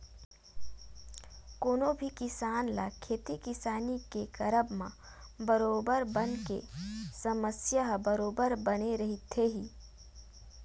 कोनो भी किसान ल खेती किसानी के करब म बरोबर बन के समस्या ह बरोबर बने रहिथे ही